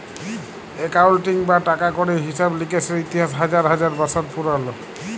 accounting বা টাকা কড়ির হিসেব লিকেসের ইতিহাস হাজার হাজার বসর পুরল